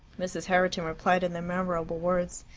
mrs. herriton replied in the memorable words,